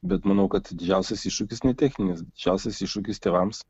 bet manau kad didžiausias iššūkis ne techninis didžiausias iššūkis tėvams